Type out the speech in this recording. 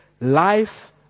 life